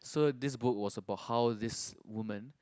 so this book was about how this woman